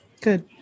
Good